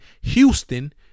Houston